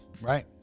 Right